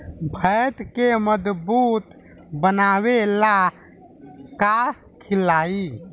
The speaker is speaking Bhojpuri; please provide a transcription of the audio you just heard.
भैंस के मजबूत बनावे ला का खिलाई?